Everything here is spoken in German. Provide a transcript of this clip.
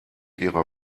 ihrer